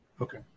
Okay